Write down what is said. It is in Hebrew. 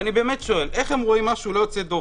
ואני באמת שואל: איך הם רואים משהו לא יוצא דופן?